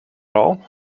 all